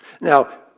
Now